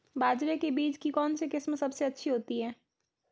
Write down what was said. बाजरे के बीज की कौनसी किस्म सबसे अच्छी होती है?